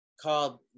called